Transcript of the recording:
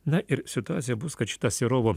na ir situacija bus kad šita serovo